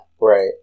Right